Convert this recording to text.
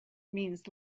means